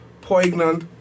poignant